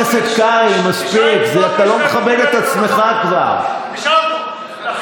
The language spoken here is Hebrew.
הצעת החוק היא של סמוטריץ'.